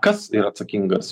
kas ir atsakingas